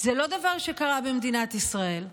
זה לא דבר שקרה במדינת ישראל.